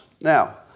Now